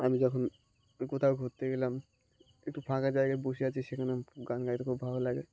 আমি যখন কোথাও ঘুরতে গেলাম একটু ফাঁকা জায়গায় বসে আছি সেখানে আমি গান গাইতে খুব ভালো লাগে